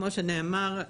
כמו שנאמר,